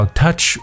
touch